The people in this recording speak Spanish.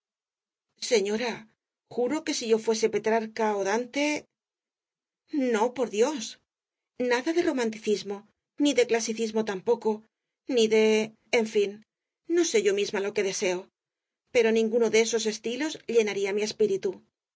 señora juro que si yo fuese petrarca ó dante no por dios nada de romanticismo ni de clasicismo tampoco ni de en fin no sé yo misma lo que deseo pero ninguno de esos estilos llenaría mi espíritu